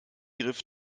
griff